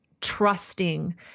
trusting